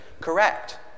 correct